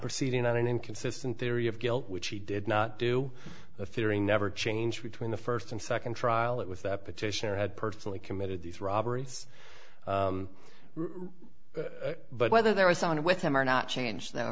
proceeding on an inconsistent theory of guilt which he did not do the theory never changed between the first and second trial it was that petitioner had personally committed these robberies but whether there was on with them or not changed